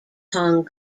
hong